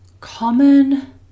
common